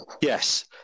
Yes